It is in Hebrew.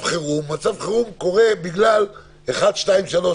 חירום מצב חירום קורה בגלל סיבות כאלה ואחרות.